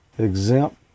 exempt